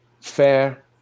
fair